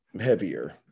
heavier